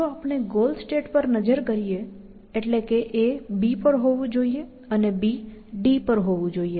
જો આપણે goal state પર નજર કરીએ એટલે કે A B પર હોવું જોઈએ અને B D પર હોવું જોઈએ